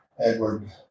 Edward